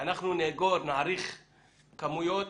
אנחנו נעריך כמויות